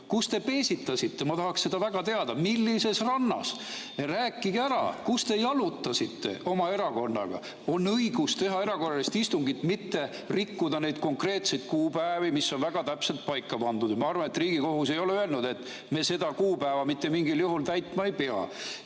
Kus te peesitasite? Ma tahaks seda väga teada, millises rannas. Rääkige ära, kus te jalutasite oma erakonnaga. On õigus teha erakorralist istungit, mitte rikkuda neid konkreetseid kuupäevi, mis on väga täpselt paika pandud. Ja ma arvan, et Riigikohus ei ole öelnud, et me seda kuupäeva mitte mingil juhul täitma ei pea.